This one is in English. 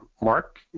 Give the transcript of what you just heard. Mark